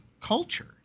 culture